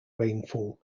rainfall